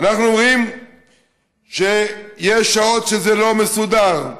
אנחנו רואים שיש שעות שזה לא מסודר.